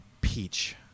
peach